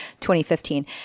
2015